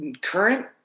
current